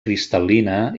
cristal·lina